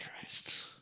Christ